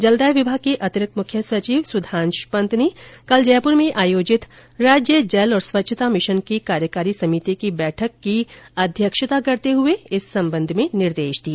जलदाय विभाग के अतिरिक्त मुख्य सचिव सुधांश पंत ने कल जयपूर में आयोजित राज्य जल और स्वच्छता मिशन की कार्यकारी समिति की बैठक की अध्यक्षता करते हुए इस सम्बंध में निर्देश दिए